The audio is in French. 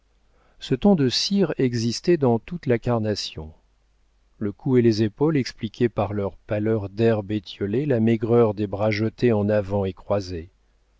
ce ton de cire existait dans toute la carnation le cou et les épaules expliquaient par leur pâleur d'herbe étiolée la maigreur des bras jetés en avant et croisés